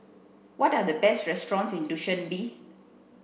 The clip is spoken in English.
what are the best restaurants in Dushanbe